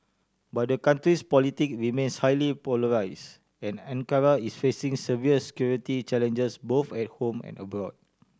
but the country's politic remains highly polarise and Ankara is facing severes security challenges both at home and abroad